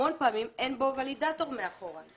המון פעמים אין בו ולידטור מאחורה.